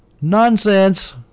Nonsense